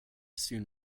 soon